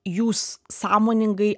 jūs sąmoningai